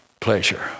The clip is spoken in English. pleasure